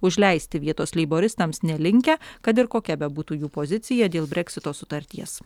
užleisti vietos leiboristams nelinkę kad ir kokia bebūtų jų pozicija dėl breksito sutarties